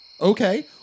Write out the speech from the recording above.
Okay